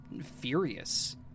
furious